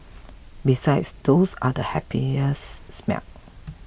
besides those are the happiest smells